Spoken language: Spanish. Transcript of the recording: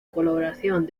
colaboración